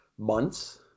months